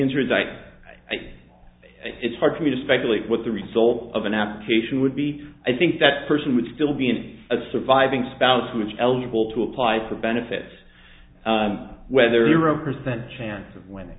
answer is i think it's hard for me to speculate what the result of an application would be i think that person would still be a surviving spouse who is eligible to apply for benefits whether you're a percent chance of winning